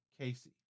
Casey